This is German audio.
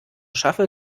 schaffe